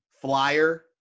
flyer